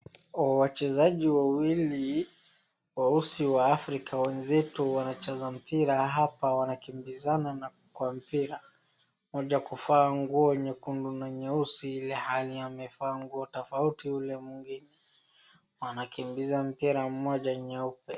Wachezaji wawili weusi wa afrika wenzetu wanacheza mpira hapa wanakimbizana kwa mpira, mmoja kavaa nguo nyekundu na nyeusi ilhali amevaa nguo tofauti ule mwingine, wanakimbiza mpira mmoja nyeupe.